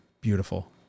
Beautiful